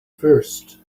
first